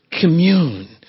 Commune